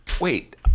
Wait